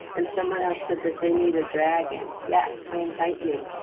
and someone else said that they need a dragon. yes, i invite you,